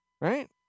Right